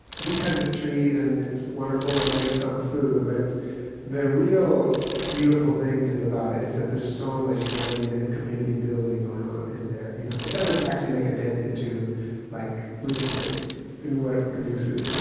because it's trees, and it's wonderful, and it makes some food, but the real beautiful thing, to me, about it is that there's so much learning and community building going on in there. you know it doesn't actually make a dent into like food security in what it produces. but